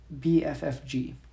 BFFG